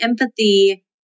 empathy